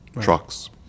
trucks